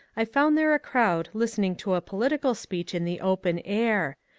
i found there a crowd listening to a political speech in the open air.